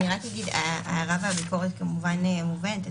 אני רק אגיד, ההערה והביקורת כמובן מובנת.